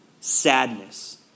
sadness